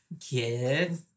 Kid